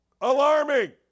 Alarming